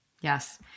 Yes